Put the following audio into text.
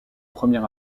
premier